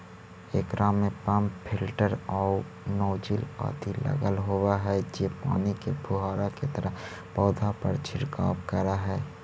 एकरा में pump filter आउ नॉजिल आदि लगल होवऽ हई जे पानी के फुहारा के तरह पौधा पर छिड़काव करऽ हइ